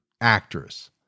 actress